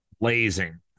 blazing